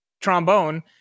trombone